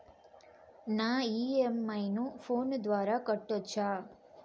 నా ఇ.ఎం.ఐ ను ఫోను ద్వారా కట్టొచ్చా?